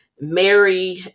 Mary